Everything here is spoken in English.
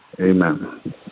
Amen